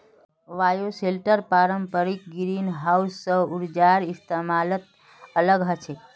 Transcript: bioshelter पारंपरिक greenhouse स ऊर्जार इस्तमालत अलग ह छेक